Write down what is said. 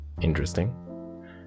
Interesting